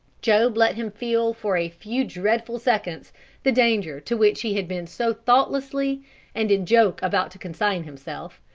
job let him feel for a few dreadful seconds the danger to which he had been so thoughtlessly and in joke about to consign himself,